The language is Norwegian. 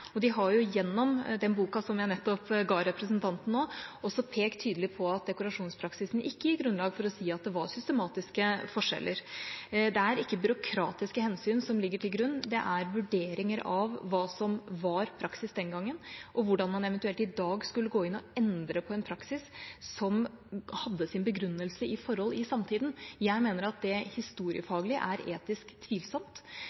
De har gjennom den boka som jeg nettopp nå ga representanten, også pekt tydelig på at dekorasjonspraksisen ikke gir grunnlag for å si at det var systematiske forskjeller. Det er ikke byråkratiske hensyn som ligger til grunn, det er vurderinger av hva som var praksis den gangen. At man eventuelt i dag skulle gå inn og endre på en praksis som hadde sin begrunnelse i forhold i samtida, mener jeg historiefaglig sett er etisk tvilsomt. Det